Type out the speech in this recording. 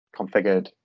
configured